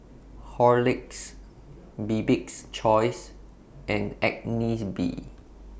Horlicks Bibik's Choice and Agnes B